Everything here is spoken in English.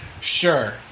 Sure